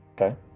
Okay